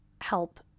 help